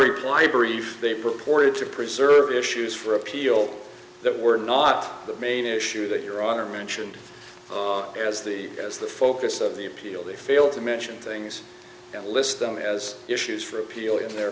reply brief they purported to preserve issues for appeal that were not the main issue that your honor mentioned as the as the focus of the appeal they fail to mention things that list them as issues for appeal in their